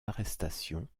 arrestation